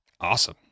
awesome